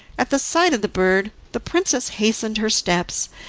at the sight of the bird, the princess hastened her steps,